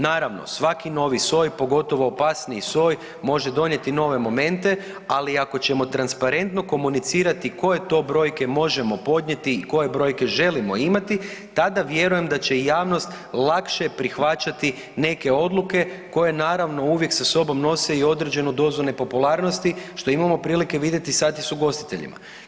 Naravno, svaki novi soj, pogotovo opasniji soj može donijeti nove momente, ali ako ćemo transparentno komunicirati koje to brojke možemo podnijeti i koje brojke želimo imati, tada vjerujem da će i javnost lakše prihvaćati neke odluke koje naravno uvijek sa sobom nose i određenu dozu nepopularnosti što imamo prilike vidjeti sa s ugostiteljima.